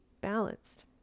balanced